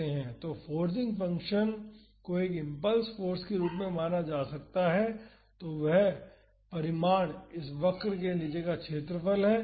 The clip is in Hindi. तो फोर्सिंग फंक्शन को एक इम्पल्स फाॅर्स के रूप में माना जा सकता है और वह परिमाण इस वक्र के नीचे का क्षेत्रफल है